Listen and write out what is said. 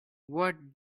what